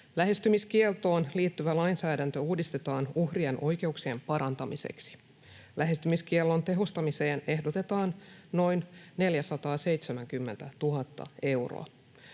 Lähestymiskieltoon liittyvä lainsäädäntö uudistetaan uhrien oikeuksien parantamiseksi. Lähestymiskiellon tehostamiseen ehdotetaan noin 470 000 euroa.